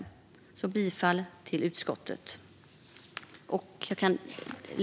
Jag yrkar bifall till utskottets förslag i betänkandet.